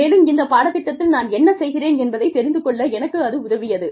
மேலும் இந்த பாடத் திட்டத்தில் நான் என்ன செய்கிறேன் என்பதைத் தெரிந்து கொள்ள எனக்கு அது உதவியது